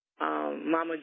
Mama